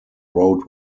road